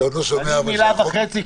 אני אגיד מילה וחצי,